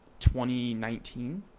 2019